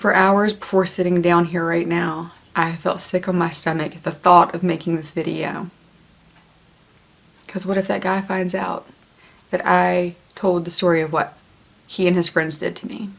for hours before sitting down here right now i feel sick to my stomach the thought of making this video because what if that guy finds out that i told the story of what he and his friends did to me